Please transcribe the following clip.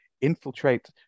infiltrate